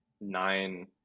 nine